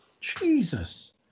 Jesus